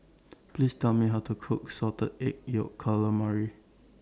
Please Tell Me How to Cook Salted Egg Yolk Calamari